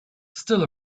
still